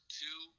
two